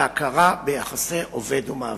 להכרה ביחסי עובד ומעביד.